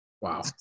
Wow